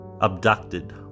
abducted